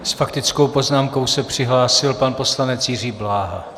S faktickou poznámkou se přihlásil pan poslanec Jiří Bláha.